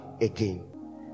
again